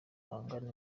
bangana